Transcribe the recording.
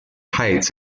heights